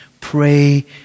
Pray